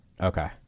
Okay